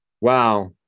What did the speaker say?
wow